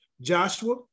Joshua